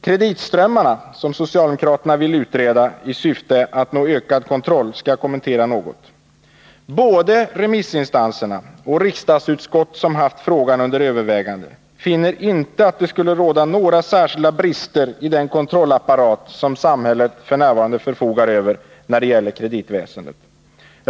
Kreditströmmarna, som socialdemokraterna vill utreda i syfte att nå ökad kontroll, skall jag kommentera något. Varken remissinstanserna eller de riksdagsutskott som haft frågan under övervägande finner att det skulle råda några särskilda brister i den kontrollapparat som samhället f. n. förfogar över när det gäller kreditväsendet.